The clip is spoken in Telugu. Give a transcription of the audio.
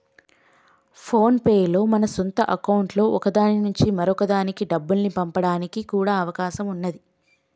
ఫోన్ పే లో మన సొంత అకౌంట్లలో ఒక దాని నుంచి మరొక దానికి డబ్బుల్ని పంపడానికి కూడా అవకాశం ఉన్నాది